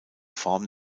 form